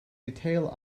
detail